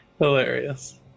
Hilarious